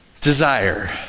Desire